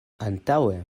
antaŭe